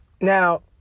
Now